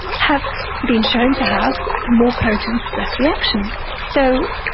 have been shown to have more potent stress reactions so,